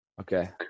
okay